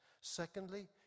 Secondly